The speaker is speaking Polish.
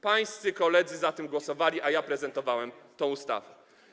Pańscy koledzy za tym głosowali, ja prezentowałem tę ustawę.